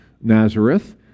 Nazareth